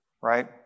right